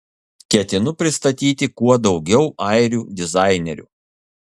ketinu pristatyti kuo daugiau airių dizainerių